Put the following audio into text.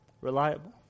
reliable